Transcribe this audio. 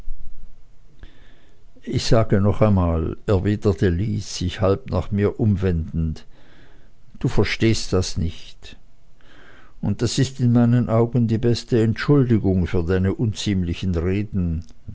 ich sage noch einmal erwiderte lys sich halb nach mir umwendend du verstehst das nicht und das ist in meinen augen die beste entschuldigung für deine unziemlichen reden